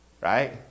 Right